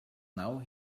now